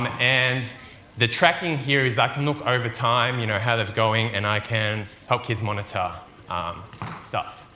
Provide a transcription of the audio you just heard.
and the tracking here is i can look over time you know how they're going and i can help kids monitor stuff.